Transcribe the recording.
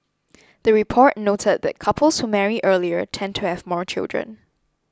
the report noted that couples who marry earlier tend to have more children